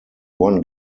one